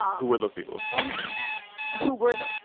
who were those people? and who were those